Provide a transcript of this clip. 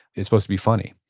is supposed to be funny?